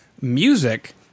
music